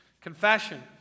confession